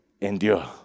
endure